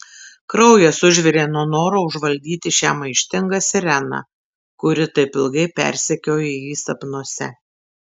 kraujas užvirė nuo noro užvaldyti šią maištingą sireną kuri taip ilgai persekiojo jį sapnuose